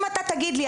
אם אתה תגיד לי,